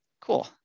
Cool